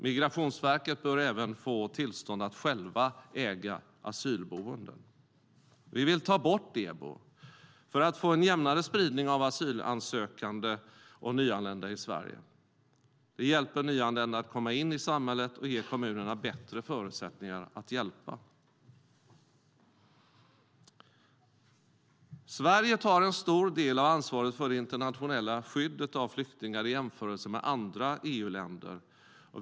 Migrationsverket bör även få tillstånd att självt äga asylboenden. Sverige tar en stor del av ansvaret för det internationella skyddet av flyktingar i jämförelse med andra EU-länder.